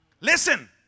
listen